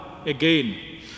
Again